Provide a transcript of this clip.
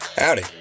Howdy